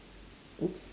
!oops!